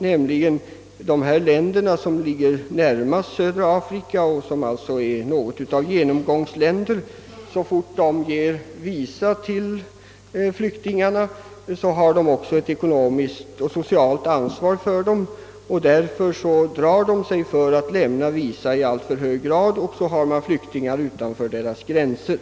Så snart de länder, som ligger närmast Sydafrika och som därför blir något av genomgångsländer, ger visa till flyktingarna har de ett ekonomiskt och socialt ansvar för dem. I dessa stater drar man sig därför för att i större utsträckning lämna visa, och det medför att flyktingarna samlas utanför deras gränser.